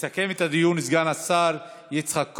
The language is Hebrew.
יסכם את הדיון סגן השר יצחק כהן.